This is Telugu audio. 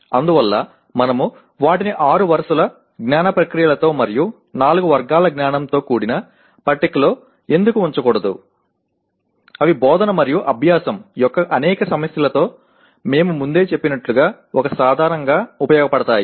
అందువల్ల మనము వాటిని ఆరు వరుసల జ్ఞాన ప్రక్రియలతో మరియు నాలుగు వర్గాల జ్ఞానంతో కూడిన పట్టికలో ఎందుకు ఉంచకూడదు అవి బోధన మరియు అభ్యాసం యొక్క అనేక సమస్యలతో మేము ముందే చెప్పినట్లుగా ఒక సాధనంగా ఉపయోగపడతాయి